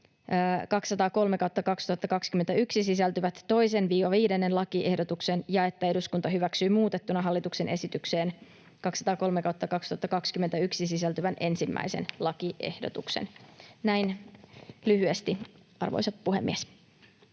203/2021 sisältyvät 2.—5. lakiehdotuksen ja että eduskunta hyväksyy muutettuna hallituksen esitykseen 203/2021 sisältyvän 1. lakiehdotuksen. Näin lyhyesti, arvoisa puhemies.